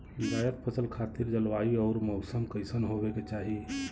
जायद फसल खातिर जलवायु अउर मौसम कइसन होवे के चाही?